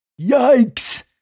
Yikes